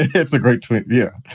it's a great team. yeah,